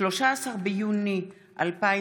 13 ביוני 2021,